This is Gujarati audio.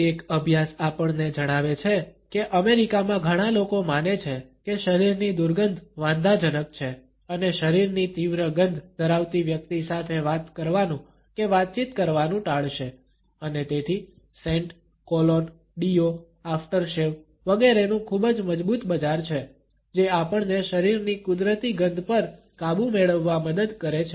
એક અભ્યાસ આપણને જણાવે છે કે અમેરિકામાં ઘણા લોકો માને છે કે શરીરની દુર્ગંધ વાંધાજનક છે અને શરીરની તીવ્ર ગંધ ધરાવતી વ્યક્તિ સાથે વાત કરવાનું કે વાતચીત કરવાનું ટાળશે અને તેથી સેન્ટ કોલોન ડીઓ આફ્ટરશેવ વગેરેનું ખૂબ જ મજબૂત બજાર છે જે આપણને શરીરની કુદરતી ગંધ પર કાબુ મેળવવા મદદ કરે છે